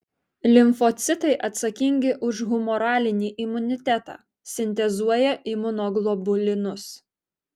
limfocitai atsakingi už humoralinį imunitetą sintezuoja imunoglobulinus